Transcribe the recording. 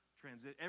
transit